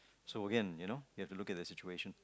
so again you know you have to look at the situation